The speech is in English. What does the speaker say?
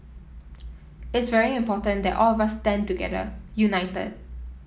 it's very important that all of us stand together united